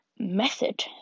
Method